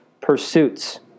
pursuits